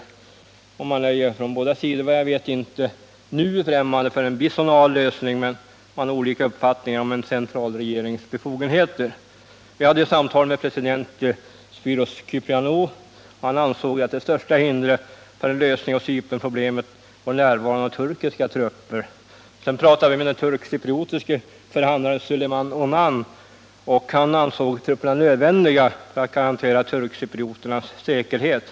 På båda sidor är man, såvitt jag vet, inte nu främmande för en bizonal lösning, men man har olika uppfattning om en centralregerings befogenheter. Vi hade ett samtal med Spyros Kyprianou, som anser att det största hindret för en lösning av Cypernproblemet är närvaron av turkiska trupper. Sedan talade vi med den turkcypriotiske förhandlaren Suleyman Unan, som anser att trupperna är nödvändiga för att man skall kunna garantera turkcyprioternas säkerhet.